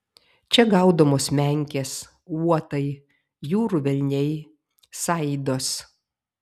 čia gaudomos menkės uotai jūrų velniai saidos